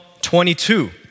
22